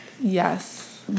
yes